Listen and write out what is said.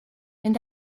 and